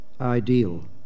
ideal